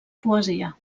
poesia